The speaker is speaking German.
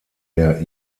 der